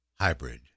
hybrid